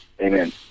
Amen